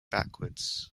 backwards